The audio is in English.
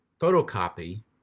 photocopy